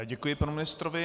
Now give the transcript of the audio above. Děkuji panu ministrovi.